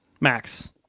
max